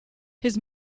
his